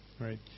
right